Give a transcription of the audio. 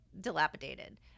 dilapidated